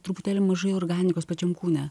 truputėlį mažai organikos pačiam kūne